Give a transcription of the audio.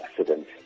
accident